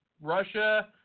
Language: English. Russia